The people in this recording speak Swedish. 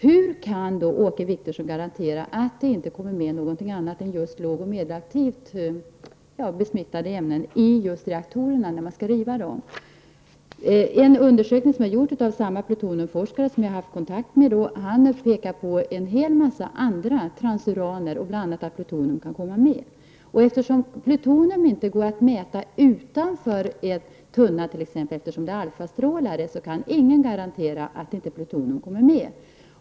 Hur kan Åke Wictorsson garantera att det inte kommer med något annat än lågoch medelaktivt besmittat avfall från reaktorerna när de skall rivas? En undersökning som gjorts av den plutoniumforskare som jag haft kontakt med pekar på att en hel mängd transuraner, bl.a. plutonium, kan komma med i detta sammanhang. Förekomsten plutonium kan inte mätas utanför t.ex. en tunna, eftersom det ämnet utsänder alfastrålar, och därför kan ingen garantera att inget plutonium kommer med.